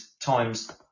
times